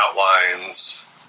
outlines